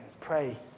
pray